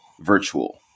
virtual